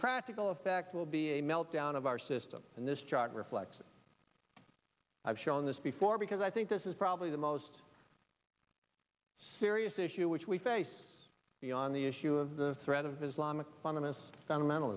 practical effect will be a meltdown of our system and this chart reflects i've shown this before because i think this is probably the most serious issue which we face beyond the issue of the threat of islamic fundamentalist fundamental